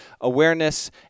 awareness